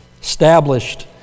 Established